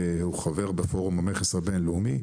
הוא חבר בפורום המכס הבינלאומי.